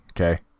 Okay